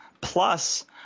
plus